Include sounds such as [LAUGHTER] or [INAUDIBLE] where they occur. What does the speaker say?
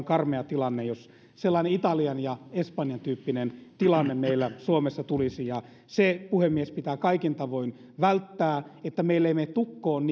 [UNINTELLIGIBLE] karmea tilanne jos sellainen italian ja espanjan tyyppinen tilanne meillä suomessa tulisi ja se puhemies pitää kaikin tavoin välttää että meillä erikoissairaanhoito menee tukkoon [UNINTELLIGIBLE]